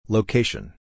Location